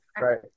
right